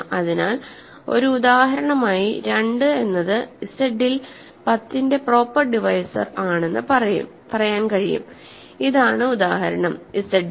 അതിനാൽ ഒരു ഉദാഹരണമായി 2 എന്നത് Z ൽ 10 ന്റെ പ്രോപ്പർ ഡിവൈസർ ആണെന്ന് പറയാൻ കഴിയും ഇതാണ് ഉദാഹരണം Z ൽ